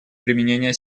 применения